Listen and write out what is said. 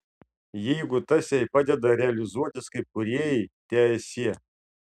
jeigu tas jai padeda realizuotis kaip kūrėjai teesie